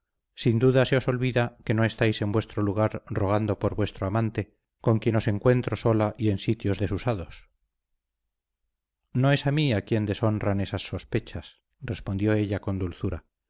sin duda se os olvida que no estáis en vuestro lugar rogando por vuestro amante con quien os encuentro sola y en sitios desusados no es a mí a quien deshonran esas sospechas respondió ella con dulzura